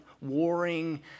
warring